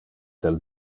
del